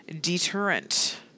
deterrent